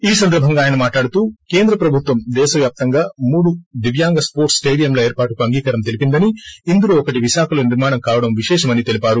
ఈ సందర్బంగా ఆయన మాట్లాడుతూ కేంద్ర ప్రభుత్వం దేశ వ్యాప్తంగా మూడు దివ్యాంగ స్పోర్ట్స్ స్టేడియంల ఏర్పాటుకు అంగీకారం తెలిపిందని ఇందులో ఒకటి విశాఖలో నిర్మాణం కావడం విశేషమని తెలీపారు